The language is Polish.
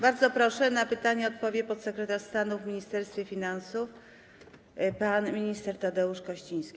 Bardzo proszę, na pytania odpowie podsekretarz stanu w Ministerstwie Finansów pan minister Tadeusz Kościński.